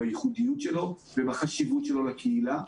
בייחודיות שלו ובחשיבות שלו לקהילה.